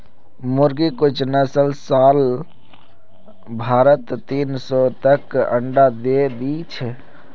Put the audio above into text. मुर्गिर कुछ नस्ल साल भरत तीन सौ तक अंडा दे दी छे